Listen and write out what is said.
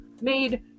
made